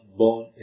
born